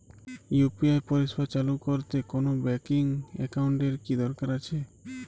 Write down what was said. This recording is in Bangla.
ইউ.পি.আই পরিষেবা চালু করতে কোন ব্যকিং একাউন্ট এর কি দরকার আছে?